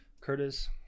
curtis